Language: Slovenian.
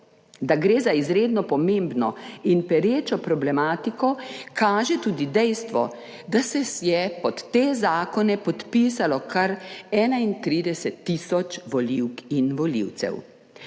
Da gre za izredno pomembno in perečo problematiko, kaže tudi dejstvo, da se je pod te zakonepodpisalo kar 31 tisoč volivk in volivcev.